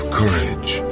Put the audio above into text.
courage